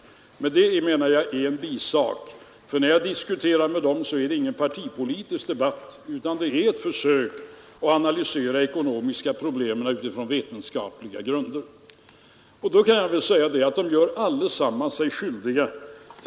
Det här är dock en bisak, eftersom det inte är någon partipolitisk debatt när jag diskuterar med dem utan ett försök att analysera de ekonomiska problemen utifrån vetenskapliga grunder.